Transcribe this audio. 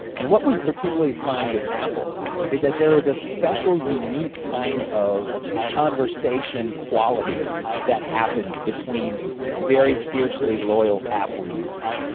and what we particularly find with apple is that there is a special, unique kind of conversation quality that happens between very fiercely loyal apple users,